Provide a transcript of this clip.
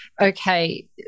okay